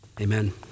amen